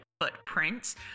Footprints